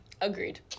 Agreed